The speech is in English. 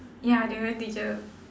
ya different teacher